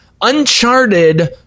Uncharted